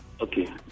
Okay